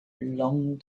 long